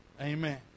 amen